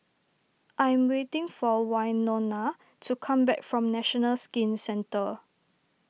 I am waiting for Wynona to come back from National Skin Centre